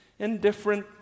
Indifferent